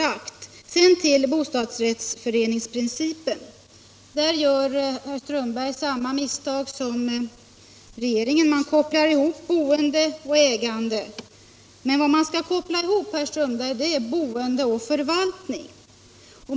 Vad sedan gäller bostadsrättsföreningsprincipen gör herr Strömberg samma misstag som regeringen, som kopplar ihop boende och ägande. Men vad man skall koppla ihop, herr Strömberg, är boende och förvaltning.